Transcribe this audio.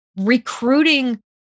recruiting